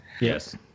Yes